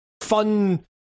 fun